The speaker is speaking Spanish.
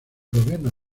gobierno